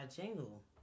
jingle